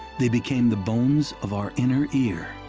they became the bones of our inner ear.